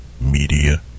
Media